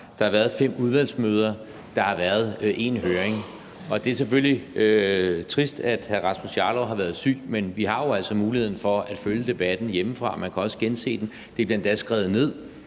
der har været fem udvalgsmøder; og der har været én høring. Det er selvfølgelig trist, at hr. Rasmus Jarlov har været syg, men vi har jo altså muligheden for at følge debatten hjemmefra. Man kan også gense den. Det bliver endda skrevet ned,